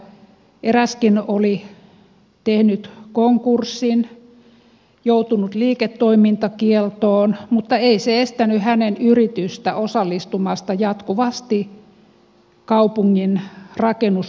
eräskin oli tehnyt konkurssin joutunut liiketoimintakieltoon mutta ei se estänyt hänen yritystään osallistumasta jatkuvasti kaupungin rakennusurakoihin